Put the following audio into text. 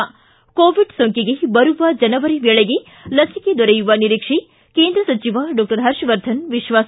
ಿ ಕೋವಿಡ್ ಸೋಂಕಿಗೆ ಬರುವ ಜನವರಿ ವೇಳೆಗೆ ಲಸಿಕೆ ದೊರೆಯುವ ನಿರೀಕ್ಷೆ ಕೇಂದ್ರ ಸಚಿವ ಡಾಕ್ಷರ್ ಹರ್ಷವರ್ಧನ್ ವಿಶ್ವಾಸ